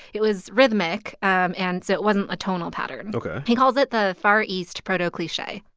it was rhythmic um and so it wasn't a tonal pattern ok he calls it the far east proto-cliche.